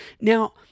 now